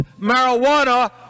marijuana